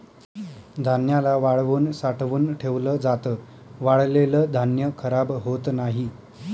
धान्याला वाळवून साठवून ठेवल जात, वाळलेल धान्य खराब होत नाही